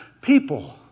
people